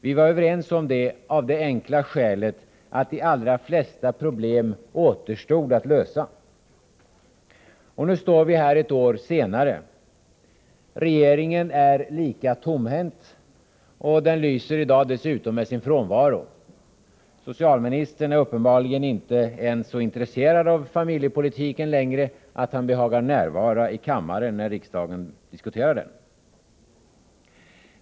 Vi var överens om det av det enkla skälet att de allra flesta problemen återstod att | lösa. Nu står vi här ett år senare. Regeringen är lika tomhänt som i fjol och lyser | dessutom med sin frånvaro. Socialministern är uppenbarligen inte ens så intresserad av familjepolitiken längre att han behagar att närvara i kammaren när riksdagen diskuterar den.